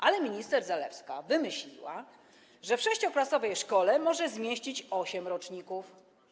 Ale minister Zalewska wymyśliła, że w 6-klasowej szkole może zmieścić osiem roczników.